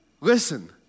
Listen